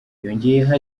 yongeyeho